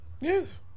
Yes